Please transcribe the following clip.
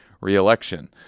re-election